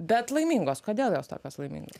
bet laimingos kodėl jos tokios laimingos